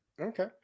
Okay